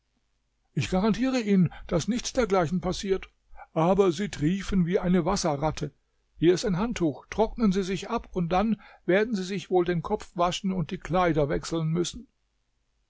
ich garantiere ihnen daß nichts dergleichen passiert aber sie triefen wie eine wasserratte hier ist ein handtuch trocknen sie sich ab und dann werden sie sich wohl den kopf waschen und die kleider wechseln müssen